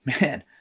man